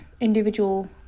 individual